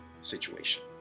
situation